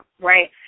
right